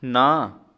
ਨਾ